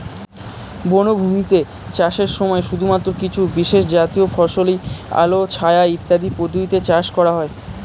বনভূমিতে চাষের সময় শুধুমাত্র কিছু বিশেষজাতীয় ফসলই আলো ছায়া ইত্যাদি পদ্ধতিতে চাষ করা হয়